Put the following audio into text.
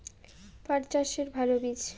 পাঠ চাষের ভালো বীজ?